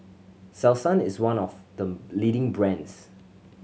selsun is one of the leading brands